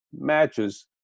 matches